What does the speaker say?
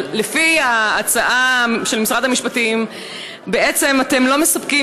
אבל לפי ההצעה של משרד המשפטים בעצם אתם לא מספקים,